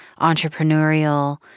entrepreneurial